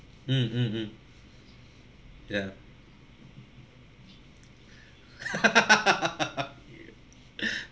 mm mm mm ya